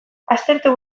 aztertu